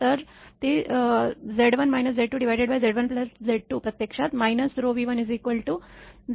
तर ते Z1 Z2Z1Z2 प्रत्यक्षात V1 0